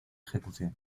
ejecución